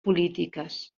polítiques